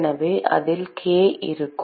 எனவே அதில் k இருக்கும்